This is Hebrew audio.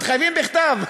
מתחייבים בכתב.